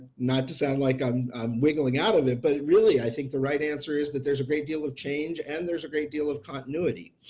not to sound like i'm um wiggling out of it, but really i think the right answer is that there's a great deal of change and there's a great deal of continuity.